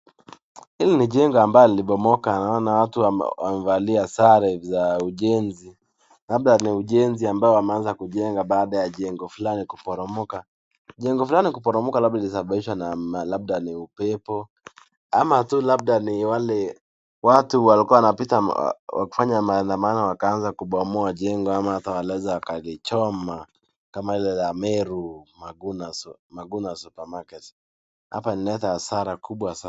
Hili ni jengo ambalo limebomoka. Naona watu wamevalia sare za ujenzi. Labda ni ujenzi ambao wameanza kujenga baada ya jengo fulani kuporomoka. Jengo fulani kubomoka labda limesababishwa na labda ni upepo ama tu labda ni wale watu walikuwa wanapita wakifanya maandamano wakaanza kubomoa jengo ama hata wakaweza wakalichoma kama ile la Meru, Magunas Supermarket . Hapa inaleta hasara kubwa.